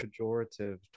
pejorative